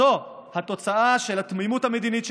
זו התוצאה של התמימות המדינית שלכם.